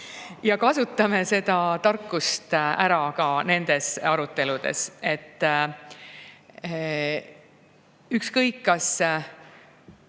ja kasutame seda tarkust ära ka nendes aruteludes. Ükskõik